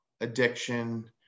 addiction